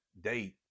date